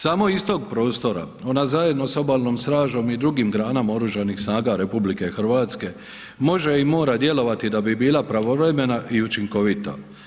Samo iz tog prostora, ona zajedno sa obalnom stražom i drugim granama Oružanih snaga RH može i mora djelovati da bi bila pravovremena i učinkovito.